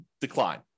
decline